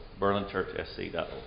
BerlinChurchSC.org